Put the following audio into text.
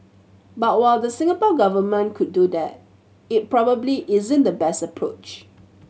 but while the Singapore Government could do that it probably isn't the best approach